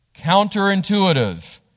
Counterintuitive